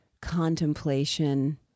contemplation